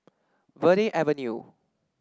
Verde Avenue